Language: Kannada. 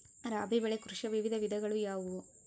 ರಾಬಿ ಬೆಳೆ ಕೃಷಿಯ ವಿವಿಧ ವಿಧಗಳು ಯಾವುವು?